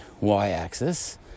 y-axis